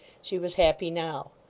she was happy now.